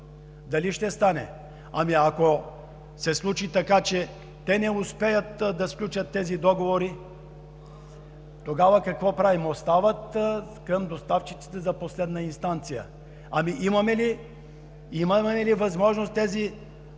Дали ще стане? Ами ако се случи така, че те не успеят да сключат тези договори, тогава какво правим? Те остават към доставчиците за последна инстанция. Ами имаме ли възможност? От тези